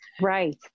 Right